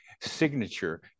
signature